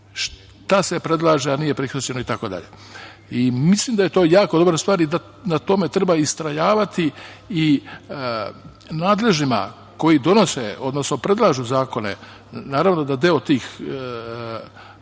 šta se predlaže, a nije prihvaćeno itd. Mislim da je to jako dobra stvar i da na tome treba istrajavati i nadležnima koji donose, odnosno predlažu zakone, naravno da deo tih